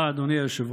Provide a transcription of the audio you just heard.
תודה, אדוני היושב-ראש.